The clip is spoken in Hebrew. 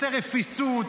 רוצה רפיסות,